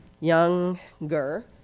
younger